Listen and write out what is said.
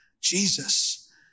Jesus